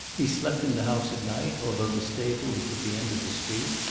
he slept in the house at night, although the stable was at the end of the street.